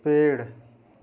पेड़